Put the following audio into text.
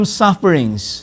sufferings